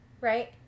right